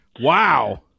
Wow